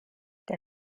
der